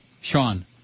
Sean